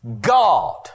God